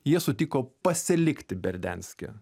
jie sutiko pasilikti berdianske